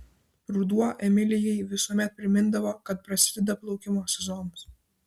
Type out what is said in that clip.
ruduo emilijai visuomet primindavo kad prasideda plaukimo sezonas